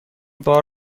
بار